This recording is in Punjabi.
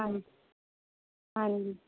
ਹਾਂਜੀ ਹਾਂਜੀ